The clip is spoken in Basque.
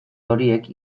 horiek